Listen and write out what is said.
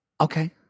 Okay